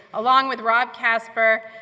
along with rob casper,